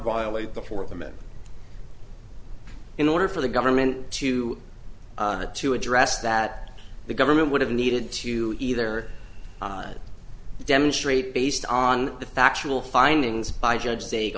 violate the fourth amendment in order for the government to to address that the government would have needed to either demonstrate based on the factual findings by judge